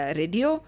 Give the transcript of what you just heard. radio